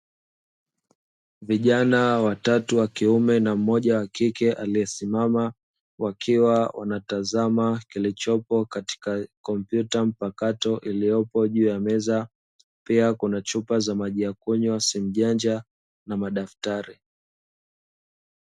Vijana watatu wa kiume na mmoja wa kike aliyesimama, wakiwa wanatazama kilichopo katika kompyuta mpakato iliyopo juu ya meza. Pia kuna chupa za maji ya kunywa, simu janja, na madaftari.